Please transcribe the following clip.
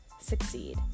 succeed